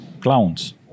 Clowns